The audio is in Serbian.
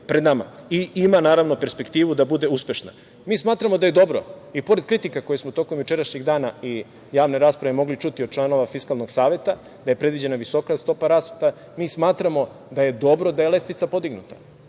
pred nama i ima naravno perspektivu da bude uspešna. Mi smatramo da je dobro, i pored kritika koje smo tokom jučerašnjeg dana i javne rasprave mogli čuti od članova Fiskalnog saveta, da je predviđena visoka stopa rasta. Mi smatramo da je dobro da je lestvica podignuta,